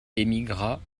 émigra